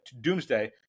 Doomsday